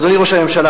ואדוני ראש הממשלה,